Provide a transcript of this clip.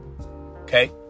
Okay